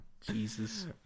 Jesus